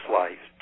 life